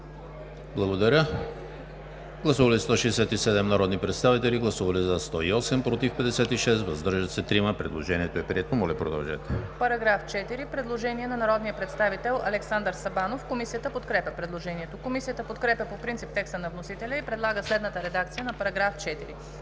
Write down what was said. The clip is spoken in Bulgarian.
за § 3. Гласували 167 народни представители: за 108, против 56, въздържали се 3. Предложението е прието. ДОКЛАДЧИК ЕВГЕНИЯ АНГЕЛОВА: Параграф 4 – предложение на народния представител Александър Сабанов. Комисията подкрепя предложението. Комисията подкрепя по принцип текста на вносителя и предлага следната редакция за § 4: „§ 4.